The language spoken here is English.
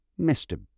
Mr